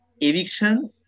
eviction